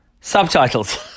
Subtitles